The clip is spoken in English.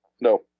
No